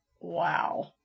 Wow